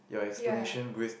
ya